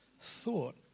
thought